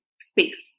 space